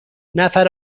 نفر